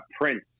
prince